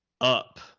up